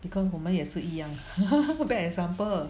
because 我们也是一样 bad example